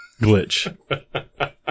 glitch